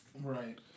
Right